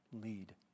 lead